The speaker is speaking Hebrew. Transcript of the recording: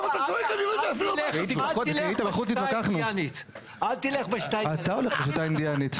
אל תלך בשיטה אינדיאנית.